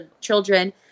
children